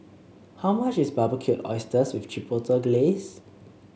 how much is Barbecued Oysters with Chipotle Glaze